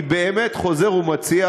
אני באמת חוזר ומציע,